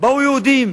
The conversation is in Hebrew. באו יהודים,